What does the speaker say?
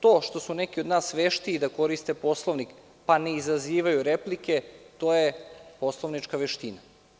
To što su neki od nas veštiji da koriste Poslovnik, pa ne izazivaju replike, to je poslovnička veština.